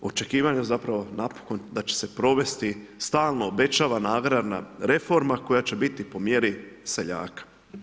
Očekivanja, zapravo, napokon da će se provesti stalno, obećava nagradna reforma, koja će biti po mjeri seljaka.